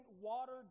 water